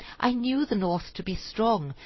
i knew the north to be strong,